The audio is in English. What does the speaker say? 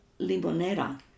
Limonera